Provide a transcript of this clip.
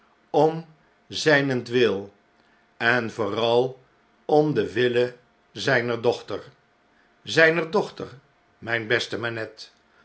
om zynentwil en vooral om den wille zijner dochter zijner dochter myn beste manette